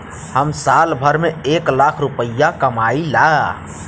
हम साल भर में एक लाख रूपया कमाई ला